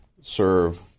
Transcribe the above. serve